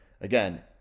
again